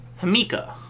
Hamika